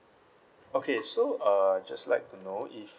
okay so uh just like to know if